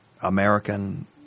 American